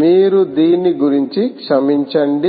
మీరు దీని గురించి క్షమించండి